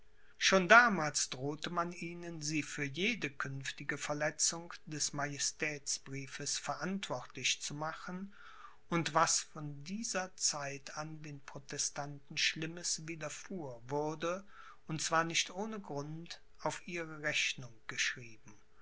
schon damals drohte man ihnen sie für jede künftige verletzung des majestätsbriefes verantwortlich zu machen und was von dieser zeit an den protestanten schlimmes widerfuhr wurde und zwar nicht ohne grund auf ihre rechnung geschrieben